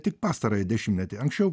tik pastarąjį dešimtmetį anksčiau